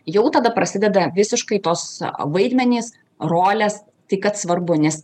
jau tada prasideda visiškai tos vaidmenys rolės tai kad svarbu nes